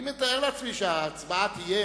אני מתאר לעצמי שההצבעה תהיה,